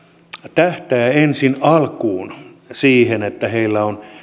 tähtää ensi alkuun siihen että heillä on